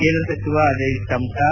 ಕೇಂದ್ರ ಸಚಿವ ಅಜಯ್ ಟಮ್ಟಾ